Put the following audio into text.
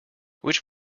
which